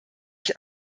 ich